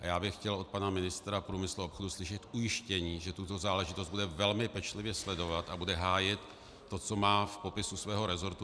A já bych chtěl od pana ministra průmyslu a obchodu slyšet ujištění, že tuto záležitost bude velmi pečlivě sledovat a bude hájit to, co má v popisu svého rezortu.